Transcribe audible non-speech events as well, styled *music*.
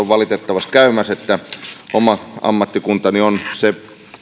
*unintelligible* valitettavasti käymässä että oma ammattikuntani on se